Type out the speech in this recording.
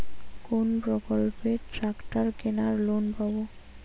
কোন প্রকল্পে ট্রাকটার কেনার লোন পাব?